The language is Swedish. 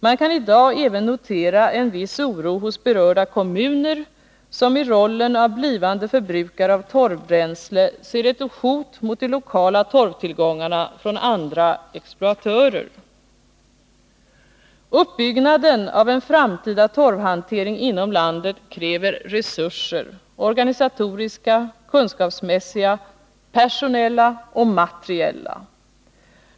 Man kan i dag även notera en viss oro hos berörda kommuner, som i rollen av blivande förbrukare av torvbränsle ser ett hot mot de lokala torvtillgångarna från andra exploatörer. Uppbyggnaden av en framtida torvhantering inom landet kräver resurser: organisatoriska, kunskapsmässiga, personella och materiella.